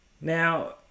now